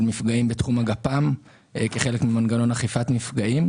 מפגעים בתחום הגפ"מ כחלק ממנגנון אכיפת מפגעים.